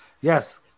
yes